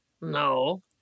No